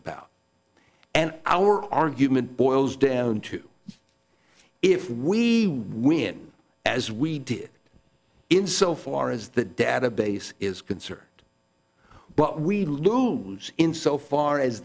about and our argument boils down to if we win as we did in so far as the database is concerned but we do in so far as